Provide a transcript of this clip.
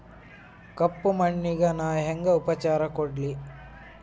ಕಪ್ಪ ಮಣ್ಣಿಗ ನಾ ಹೆಂಗ್ ಉಪಚಾರ ಕೊಡ್ಲಿ?